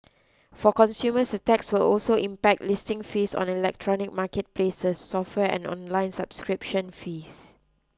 for consumers the tax will also impact listing fees on electronic marketplaces software and online subscription fees